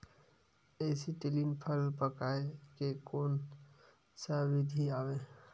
Acetylene फल पकाय के कोन सा विधि आवे?